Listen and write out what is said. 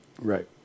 Right